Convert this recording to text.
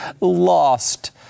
lost